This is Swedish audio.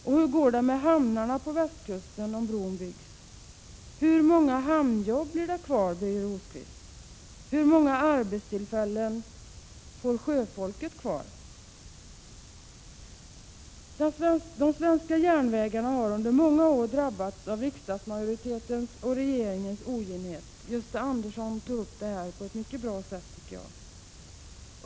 Och hur går det med hamnarna på västkusten om bron byggs? Hur många hamnjobb blir det kvar, Birger Rosqvist? Hur många arbetstillfällen får sjöfolket kvar? De svenska järnvägarna har under många år drabbats av riksdagsmajoritetens och regeringens oginhet. Gösta Andersson redogjorde för detta på ett mycket bra sätt.